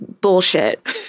bullshit